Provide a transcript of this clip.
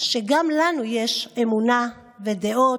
שגם לנו יש אמונה ודעות,